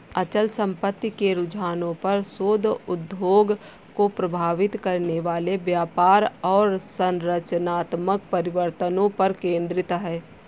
अचल संपत्ति के रुझानों पर शोध उद्योग को प्रभावित करने वाले व्यापार और संरचनात्मक परिवर्तनों पर केंद्रित है